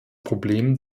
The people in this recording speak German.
problem